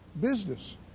business